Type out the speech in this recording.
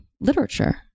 literature